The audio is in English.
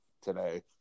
today